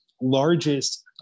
largest